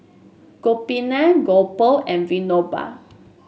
Gopinath Gopal and Vinoba